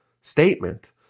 statement